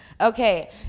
Okay